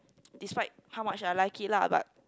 despite how much I like it lah but